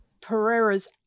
Pereira's